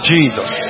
Jesus